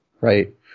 right